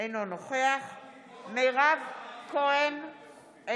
אינו נוכח מירב כהן,